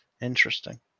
Interesting